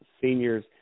seniors